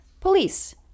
police